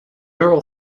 overall